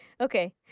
Okay